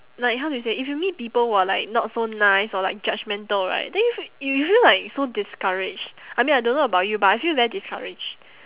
like how do you say if you meet people who are like not so nice or like judgemental right then you f~ you feel like so discouraged I mean I don't know about you but I feel very discouraged